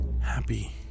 happy